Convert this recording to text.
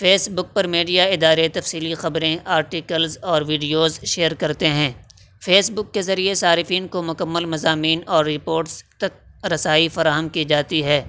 face بک پر media ادارے تفصیلی خبریں آرٹیکلز اور ویڈیوز شیئر کرتے ہیں فیس بک کے ذریعے صارفین کو مکمل مضامین اور رپوٹس تک رسائی فراہم کی جاتی ہے